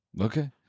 Okay